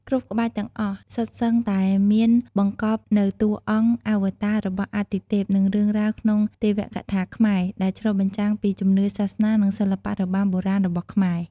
គ្រប់ក្បាច់ទាំងអស់សុទ្ធសឹងតែមានបង្កប់នូវតួអង្គអវតាររបស់អទិទេព និងរឿងរ៉ាវក្នុងទេវកថាខ្មែរ ដែលឆ្លុះបញ្ចាំងពីជំនឿសាសនា និងសិល្បៈរបាំបុរាណរបស់ខ្មែរ។